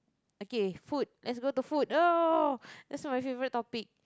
okay food let's go to food oh that's my favourite topic